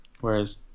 whereas